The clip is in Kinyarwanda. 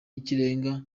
y’ikirenga